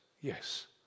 Yes